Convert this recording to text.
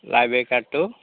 library কাৰ্ডটো